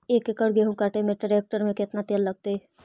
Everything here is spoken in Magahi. एक एकड़ गेहूं काटे में टरेकटर से केतना तेल लगतइ?